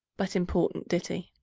but important ditty.